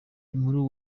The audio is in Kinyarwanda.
inkuru